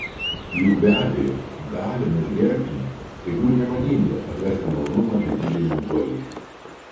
juk be abejo galima ir gerbtina tegu ir nemadinga atrasti malonumą vedybiniam guolyje